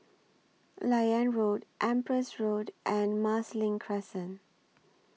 Liane Road Empress Road and Marsiling Crescent